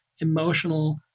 emotional